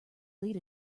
lead